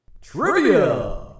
Trivia